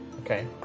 Okay